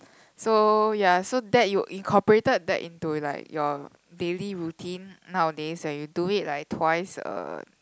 so ya so that you incorporated that into like your daily routine nowadays and you do it like twice a